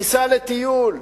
ייסע לטיול,